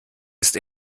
ist